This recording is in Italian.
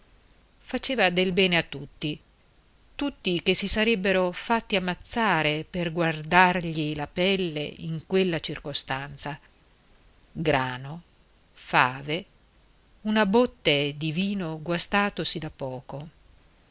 faceva del bene a tutti tutti che si sarebbero fatti ammazzare per guardargli la pelle in quella circostanza grano fave una botte di vino guastatosi da poco